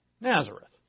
Nazareth